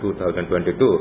2022